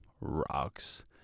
rocks